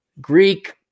greek